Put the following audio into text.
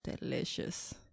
delicious